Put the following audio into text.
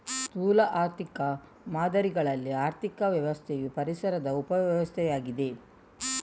ಸ್ಥೂಲ ಆರ್ಥಿಕ ಮಾದರಿಗಳಲ್ಲಿ ಆರ್ಥಿಕ ವ್ಯವಸ್ಥೆಯು ಪರಿಸರದ ಉಪ ವ್ಯವಸ್ಥೆಯಾಗಿದೆ